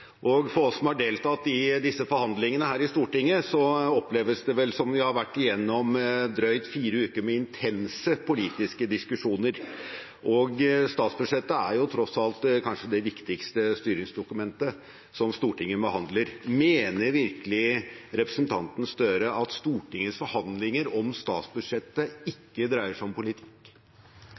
politikken. For oss som har deltatt i disse forhandlingene her i Stortinget, oppleves det som at vi har vært igjennom drøyt fire uker med intense politiske diskusjoner. Statsbudsjettet er tross alt kanskje det viktigste styringsdokumentet som Stortinget behandler. Mener virkelig representanten Gahr Støre at Stortingets forhandlinger om statsbudsjettet ikke dreier seg om politikk?